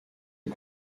est